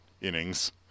innings